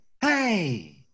hey